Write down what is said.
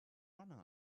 runner